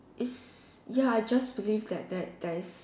it's ya I just believe that that there is